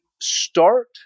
start